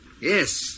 Yes